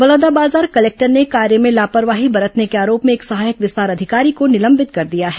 Balodabazar collector ने कार्य में लापरवाही बरतने के आरोप में एक सहायक विस्तार अधिकारी को निलंबित कर दिया है